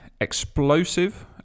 explosive